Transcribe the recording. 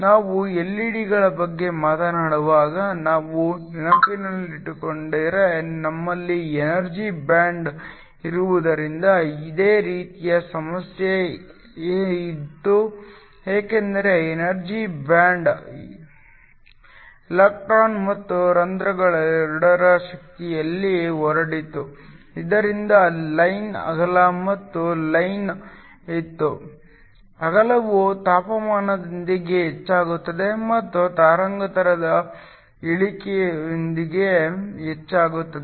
ನಾವು ಎಲ್ಇಡಿಗಳ ಬಗ್ಗೆ ಮಾತನಾಡುವಾಗ ನಾವು ನೆನಪಿಸಿಕೊಂಡರೆ ನಮ್ಮಲ್ಲಿ ಎನರ್ಜಿ ಬ್ಯಾಂಡ್ ಇರುವುದರಿಂದ ಇದೇ ರೀತಿಯ ಸಮಸ್ಯೆ ಇತ್ತು ಏಕೆಂದರೆ ಎನರ್ಜಿ ಬ್ಯಾಂಡ್ ಇಲೆಕ್ಟ್ರಾನ್ ಮತ್ತು ರಂಧ್ರಗಳೆರಡರ ಶಕ್ತಿಯಲ್ಲಿ ಹರಡಿತು ಇದರಿಂದ ಲೈನ್ ಅಗಲ ಮತ್ತು ಲೈನ್ ಇತ್ತು ಅಗಲವು ತಾಪಮಾನದೊಂದಿಗೆ ಹೆಚ್ಚಾಗುತ್ತದೆ ಮತ್ತು ತರಂಗಾಂತರದ ಇಳಿಕೆಯೊಂದಿಗೆ ಹೆಚ್ಚಾಗುತ್ತದೆ